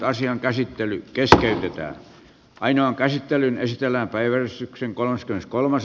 asian käsittely kestänee pitää ainoan käsittelyn estellä päivystyksen keskeytetään